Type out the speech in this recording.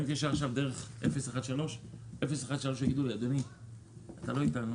אני מתקשר עכשיו דרך 013. 013 יגידו לי שאני לא איתם,